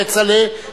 כצל'ה,